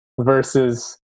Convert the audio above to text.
versus